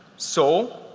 so